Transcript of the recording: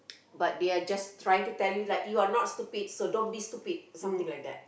but they are just trying to tell you you are not stupid so don't be stupid something like that